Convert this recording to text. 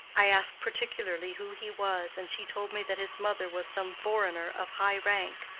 i asked particularly who he was, and she told me that his mother was some foreigner of high rank.